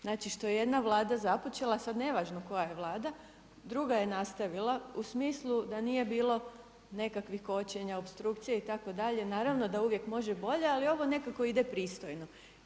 Znači što je jedna Vlada započela, sada nevažno koja je Vlada, druga je nastavila u smislu da nije bilo nekakvih kočenja, opstrukcija itd., naravno da uvijek može bolje ali ovo nekako ide pristojno.